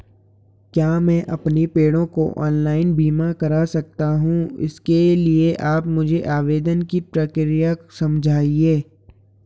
क्या मैं अपने पेड़ों का ऑनलाइन बीमा करा सकता हूँ इसके लिए आप मुझे आवेदन की प्रक्रिया समझाइए?